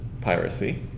piracy